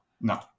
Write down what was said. No